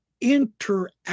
interact